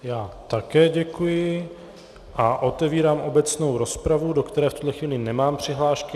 Já také děkuji a otevírám obecnou rozpravu, do které v tuto chvíli nemám přihlášky.